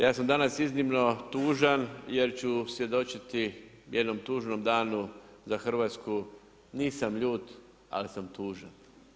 Ja sam danas iznimno tužan, jer ću svjedočiti jednom tužnom danu za Hrvatsku, nisam ljut al sam tužan.